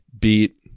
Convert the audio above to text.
beat